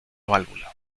válvula